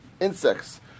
insects